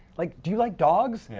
like, do you like dogs?